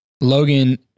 Logan